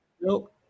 Nope